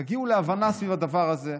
תגיעו להבנה סביב הדבר הזה,